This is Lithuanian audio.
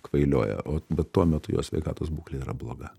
kvailioja o bet tuo metu jo sveikatos būklė yra bloga